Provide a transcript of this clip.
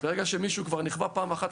ברגע שמישהו כבר נכווה פעם אחת,